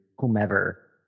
whomever